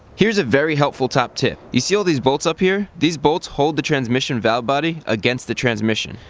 here's a very helpful top tip. you see all these bolts up here? these bolts hold the transmission valve body against the transmission.